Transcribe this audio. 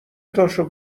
تاشو